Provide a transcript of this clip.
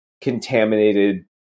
contaminated